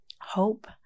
hope